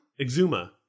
Exuma